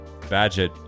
Badgett